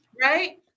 right